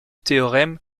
théorème